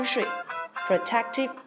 Protective